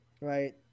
right